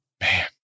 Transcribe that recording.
man